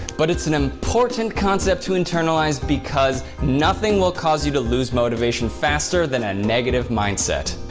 but it's an important concept to internalize because nothing will cause you to lose motivation faster than a negative mindset.